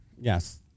Yes